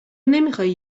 نمیخوای